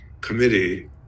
committee